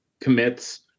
commits